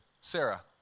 Sarah